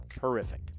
horrific